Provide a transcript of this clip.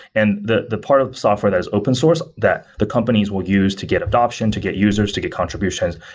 and the the part of the software that is open source that the companies will use to get adaption, to get users, to get contributions,